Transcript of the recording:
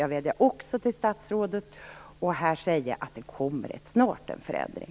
Jag vädjar också till statsrådet att här säga att det snart kommer en förändring.